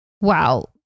wow